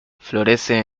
florece